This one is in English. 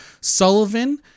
Sullivan